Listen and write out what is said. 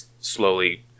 slowly